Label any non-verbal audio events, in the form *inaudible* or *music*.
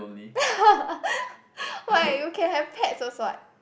*laughs* why you can have pets also what